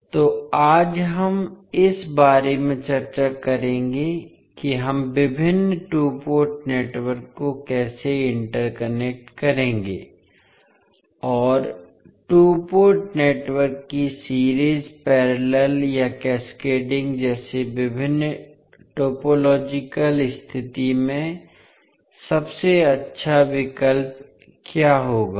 तो आज हम इस बारे में चर्चा करेंगे कि हम विभिन्न टू पोर्ट नेटवर्क को कैसे इंटरकनेक्ट करेंगे और टू पोर्ट नेटवर्क की सीरीज पैरेलल या कैस्केडिंग जैसे विभिन्न टोपोलॉजिकल स्थिति में सबसे अच्छा विकल्प क्या होगा